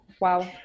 Wow